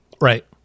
Right